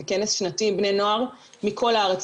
זה כנס שנתי עם בני נוער מכל הארץ,